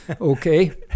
Okay